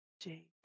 Jake